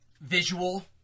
visual